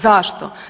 Zašto?